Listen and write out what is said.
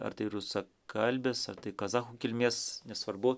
ar tai rusakalbės ar tai kazachų kilmės nesvarbu